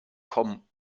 kommen